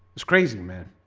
it's crazy man.